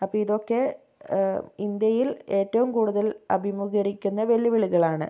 അപ്പം ഇതൊക്കെ ഇന്ത്യയിൽ ഏറ്റവും കൂടുതൽ അഭിമുഖീകരിക്കുന്ന വെല്ലുവിളികളാണ്